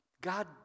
God